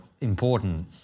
important